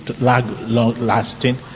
long-lasting